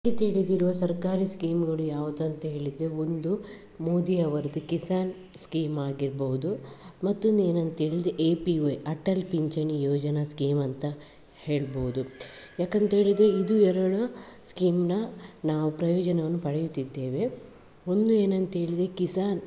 ಗೆ ತಿಳಿದಿರುವ ಸರ್ಕಾರಿ ಸ್ಕೀಮ್ಗಳು ಯಾವುದಂತ ಹೇಳಿದರೆ ಒಂದು ಮೋದಿ ಅವರದ್ದು ಕಿಸಾನ್ ಸ್ಕೀಮ್ ಆಗಿರಬಹುದು ಮತ್ತೊಂದು ಏನಂತ ಹೇಳಿದ್ರೆ ಎ ಪಿ ವೈ ಅಟಲ್ ಪಿಂಚಣಿ ಯೋಜನಾ ಸ್ಕೀಮ್ ಅಂತ ಹೇಳಬಹುದು ಯಾಕಂತ ಹೇಳಿದರೆ ಇದು ಎರಡು ಸ್ಕೀಮ್ನ ನಾವು ಪ್ರಯೋಜನವನ್ನು ಪಡೆಯುತ್ತಿದ್ದೇವೆ ಒಂದು ಏನಂತ ಹೇಳಿದ್ರೆ ಕಿಸಾನ್